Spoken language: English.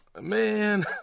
man